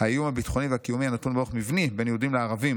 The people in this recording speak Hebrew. האיום הביטחוני והקיומי הנתון באורח מבני בין יהודים לערבים,